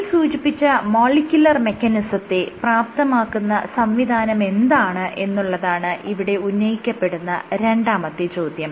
മേൽ സൂചിപ്പിച്ച മോളിക്യുലർ മെക്കാനിസത്തെ പ്രാപ്തമാക്കുന്ന സംവിധാനമെന്താണ് എന്നുള്ളതാണ് ഇവിടെ ഉന്നയിക്കപ്പെടുന്ന രണ്ടാമത്തെ ചോദ്യം